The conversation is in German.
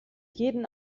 jeden